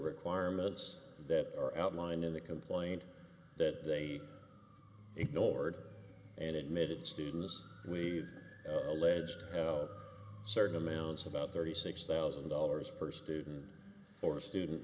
requirements that are outlined in the complaint that they ignored and admitted students we've a ledge to certain amounts about thirty six thousand dollars per student or student